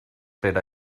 per